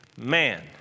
man